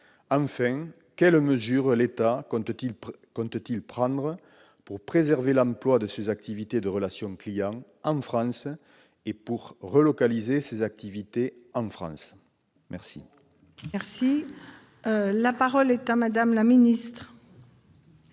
Enfin, quelles mesures l'État compte-t-il prendre pour préserver l'emploi de ces activités de relation clients en France et pour les relocaliser en France ? Bravo ! La parole est à Mme la secrétaire